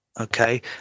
okay